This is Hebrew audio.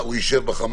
זה ההקשר?